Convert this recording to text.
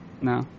no